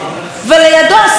השר ליברמן,